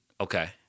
Okay